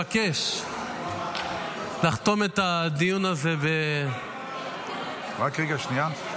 מבקש לחתום את הדיון הזה --- רק רגע, שנייה.